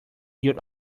your